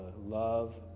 love